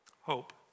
hope